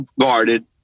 guarded